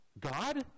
God